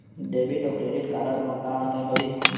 Debit अऊ credit card म का अंतर होइस?